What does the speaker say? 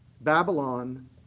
Babylon